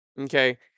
Okay